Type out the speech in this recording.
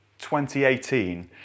2018